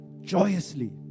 joyously